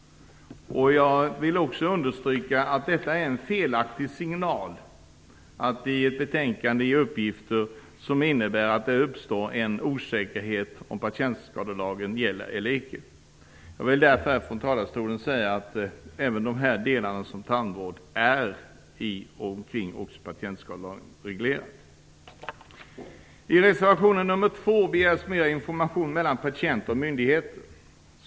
Jag vill också understryka att det är en felaktig signal att i ett betänkande ge uppgifter som innebär att det uppstår en osäkerhet om när patientskadelagen gäller eller icke. Jag vill därför här säga att tandvård regleras patientskadelagen. I reservation nr 2 begärs mera information mellan patienter och myndigheter.